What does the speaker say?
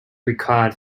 required